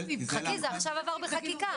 חכי, זה עכשיו עבר בחקיקה.